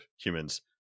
humans